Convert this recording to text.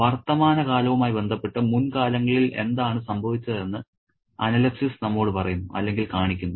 വർത്തമാനകാലവുമായി ബന്ധപ്പെട്ട് മുൻകാലങ്ങളിൽ എന്താണ് സംഭവിച്ചതെന്ന് അനലെപ്സിസ് നമ്മോട് പറയുന്നു അല്ലെങ്കിൽ കാണിക്കുന്നു